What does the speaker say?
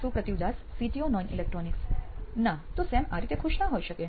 સુપ્રતિવ Das CTO નોઇન electronics ના તો સેમ આ રીતે ખુશ ન હોઈ શકે